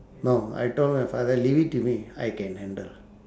no I told my father leave it to me I can handle